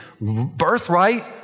birthright